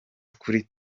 kuri